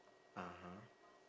(uh huh)